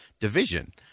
division